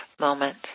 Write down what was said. moment